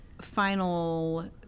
final